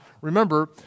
Remember